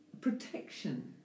Protection